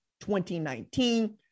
2019